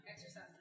Exercise